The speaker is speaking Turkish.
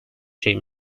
şey